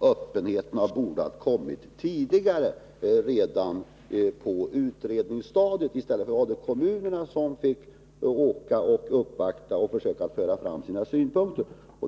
öppenheten borde ha kommit tidigare, redan på utredningsstadiet. I stället var det kommunerna som fick uppvakta och försöka föra fram sina synpunkter.